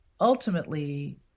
ultimately